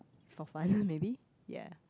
for fun maybe ya